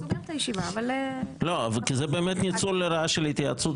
לא, כי זה באמת ניצול לרעה של התייעצות.